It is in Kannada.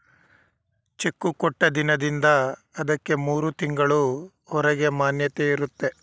ಚೆಕ್ಕು ಕೊಟ್ಟ ದಿನದಿಂದ ಅದಕ್ಕೆ ಮೂರು ತಿಂಗಳು ಹೊರಗೆ ಮಾನ್ಯತೆ ಇರುತ್ತೆ